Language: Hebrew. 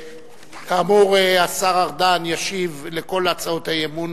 כאמור, השר ארדן ישיב על כל הצעות האי-אמון